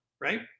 right